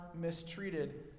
mistreated